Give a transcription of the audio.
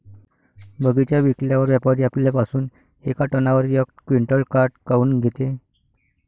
बगीचा विकल्यावर व्यापारी आपल्या पासुन येका टनावर यक क्विंटल काट काऊन घेते?